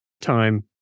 time